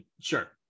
sure